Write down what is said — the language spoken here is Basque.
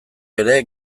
ere